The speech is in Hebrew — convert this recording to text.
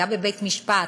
היה בבית-משפט,